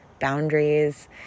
boundaries